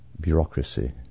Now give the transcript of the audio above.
bureaucracy